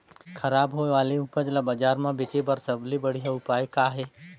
खराब होए वाले उपज ल बाजार म बेचे बर सबले बढ़िया उपाय का हे?